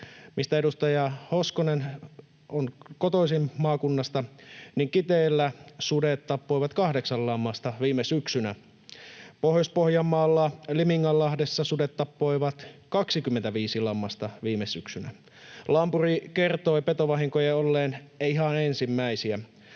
edustaja Hoskonen on kotoisin, Kiteellä sudet tappoivat kahdeksan lammasta viime syksynä. Pohjois-Pohjanmaalla Liminganlahdessa sudet tappoivat 25 lammasta viime syksynä. Lampuri kertoi petovahinkojen olleen ihan ensimmäisiä.